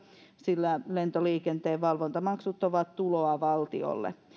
sillä lentoliikenteen valvontamaksut ovat tuloa valtiolle